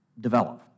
develop